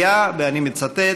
היה, ואני מצטט: